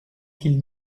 qu’ils